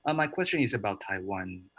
um my question is about taiwan.